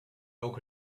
ook